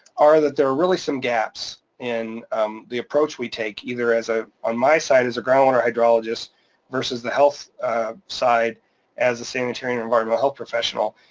are that there are really some gaps in the approach we take either as ah on my side as a groundwater hydrologist versus the health side as a sanitarian environmental health professional.